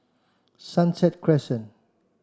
Sunset Crescent